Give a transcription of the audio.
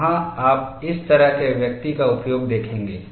वहाँ आप इस तरह के अभिव्यक्ति का उपयोग देखेंगे